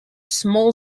small